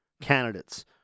candidates